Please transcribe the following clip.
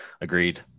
Agreed